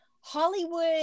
Hollywood